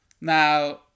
Now